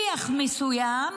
מסוים,